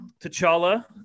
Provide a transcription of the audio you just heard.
T'Challa